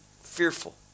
fearful